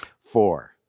Four